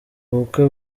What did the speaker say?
bukwe